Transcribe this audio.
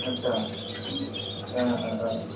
आटसा